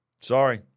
sorry